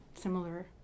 similar